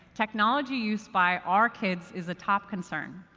technology use by our kids is a top concern.